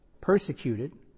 persecuted